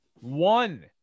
one